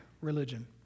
religion